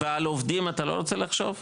ועל עובדים אתה לא רוצה לחשוב,